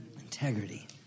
Integrity